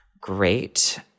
great